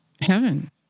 heaven